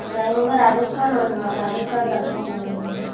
असांखे मूंखे राजस्थान वञिणो आहे राजस्थान दर्शन करणा आहिनि